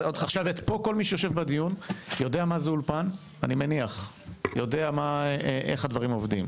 אני מניח שכל מי שיושב בדיון יודע מה זה אולפן ויודע איך הדברים עובדים.